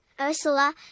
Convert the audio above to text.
Ursula